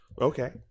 Okay